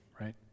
right